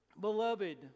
Beloved